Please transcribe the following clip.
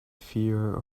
fear